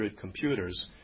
computers